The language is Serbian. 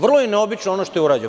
Vrlo je neobično ono što je urađeno.